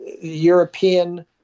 European